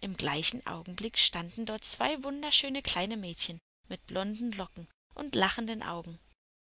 im gleichen augenblick standen dort zwei wunderschöne kleine mädchen mit blonden locken und lachenden augen